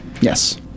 Yes